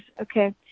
okay